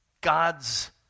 God's